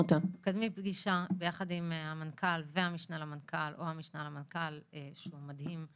פגישה ביחד עם המנכ"ל והמשנה למנכ"ל או המשנה למנכ"ל שהוא מדהים,